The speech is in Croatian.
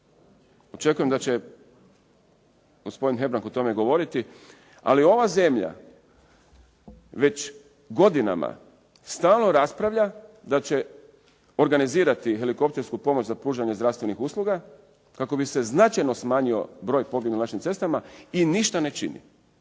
očekujem da će gospodin Hebrang o tome govoriti, ali ova zemlja već godinama stalno raspravlja da će organizirati helikoptersku pomoć za pružanje zdravstvenih usluga kako bi se značajno smanjio broj poginulih na našim cestama i ništa ne čini,